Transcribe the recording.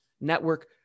Network